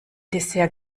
dessert